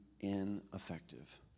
ineffective